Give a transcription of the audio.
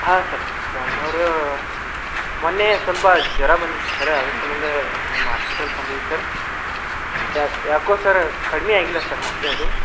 ಹಾಂ ಸರ್ ಮೊನ್ನೆ ಸ್ವಲ್ಪ ಜ್ವರ ಬಂದಿತ್ತು ಸರ್ ಅದು ಸಂಬಂಧ ನಿಮ್ಮ ಹಾಸ್ಪಿಟಲ್ಗೆ ಬಂದಿದ್ವಿ ಸರ್ ಯಾಕೋ ಸರ್ ಕಡ್ಮೆ ಆಗಿಲ್ಲ ಸರ್ ಮತ್ತೆ ಅದು